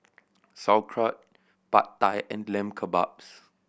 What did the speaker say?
Sauerkraut Pad Thai and Lamb Kebabs